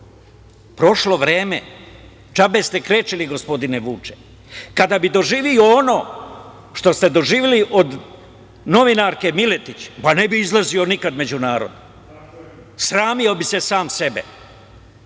Prošlo vreme. Džabe ste krečili, gospodine Vuče. Kada bi doživeo ono što ste doživeli od novinarke Miletić, pa ne bi i izlazio nikad među narod, sramio bi se sam sebe,